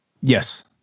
Yes